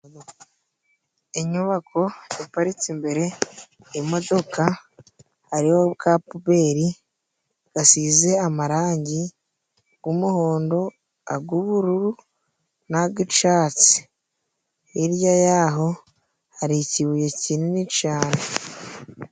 Inyubako iparitse imbere imodoka hariho ka puberi gasize amarangi gw'umuhondo, ag'ubururu n'agicatsi. Hirya ya ho hari ikibuye kinini cyane.